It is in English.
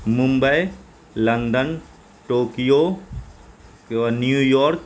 Mumbai London Tokyo New York